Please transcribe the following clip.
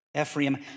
Ephraim